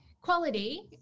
Quality